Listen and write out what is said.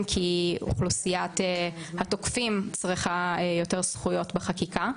כי אוכלוסיית התוקפים צריכה יותר זכויות בחקיקה.